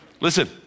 Listen